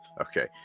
Okay